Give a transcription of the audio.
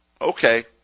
okay